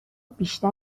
بیشتر